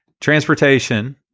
Transportation